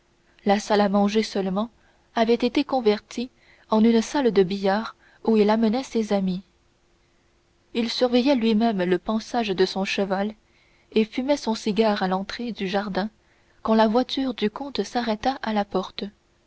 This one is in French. la salle à manger seulement avait été convertie en une salle de billard où il amenait ses amis il surveillait lui-même le pansage de son cheval et fumait son cigare à l'entrée du jardin quand la voiture du comte s'arrêta à la porte